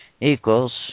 equals